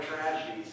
tragedies